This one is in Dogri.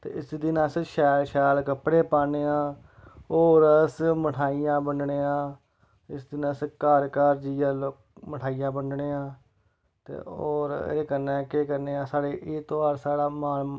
ते इस दिन अस शैल शैल कपड़े पान्आंने होर अस मठाइयां बंडनेआं इस दिन अस घार घार जेइयै मठाइयां बंडनेआं ते होर इ'दे कन्नै केह् करनेआं एह् ध्यार साढ़ा मान